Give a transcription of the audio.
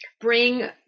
bring